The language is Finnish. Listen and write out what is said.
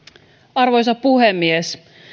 arvoisa puhemies